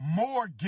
more